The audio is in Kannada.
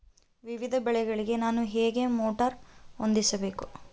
ವಿವಿಧ ಬೆಳೆಗಳಿಗೆ ನಾನು ಹೇಗೆ ಮೋಟಾರ್ ಹೊಂದಿಸಬೇಕು?